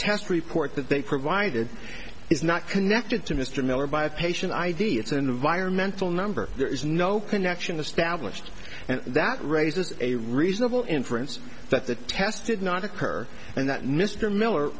test report that they provided is not connected to mr miller by a patient id it's an environmental number there is no connection established and that raises a reasonable inference that the test did not occur and that mr miller